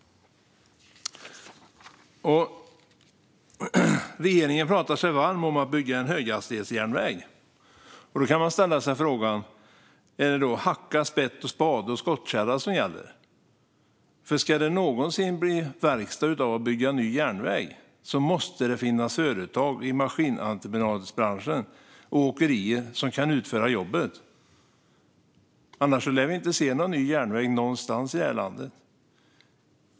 Regeringen talar sig varm för att bygga en höghastighetsjärnväg. Är det hacka, spett, spade och skottkärra som gäller då? Om det någonsin ska bli verkstad av byggandet av ny järnväg måste det finnas företag inom maskinentreprenadsbranschen och åkerier som kan utföra jobbet, annars lär vi inte se ny järnväg alls i det här landet.